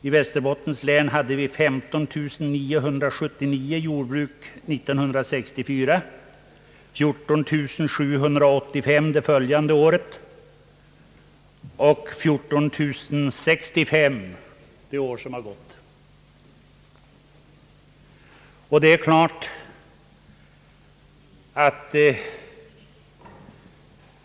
I Västerbottens län fanns år 1964 15979 jordbruk, 14 785 det följande året och 14065 i fjol.